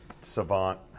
Savant